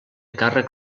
càrrec